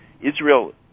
Israel